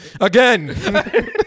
again